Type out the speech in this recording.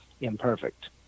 imperfect